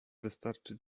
wystarczy